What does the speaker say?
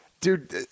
dude